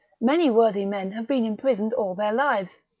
many worthy men have been imprisoned all their lives,